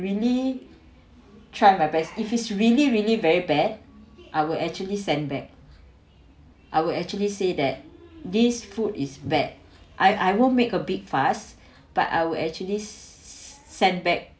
really try my best if is really really very bad I will actually send back I would actually say that these food is bad I I won't make a big fuss but I will actually send back